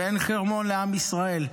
ואין חרמון לעם ישראל.